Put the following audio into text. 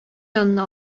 янына